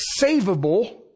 savable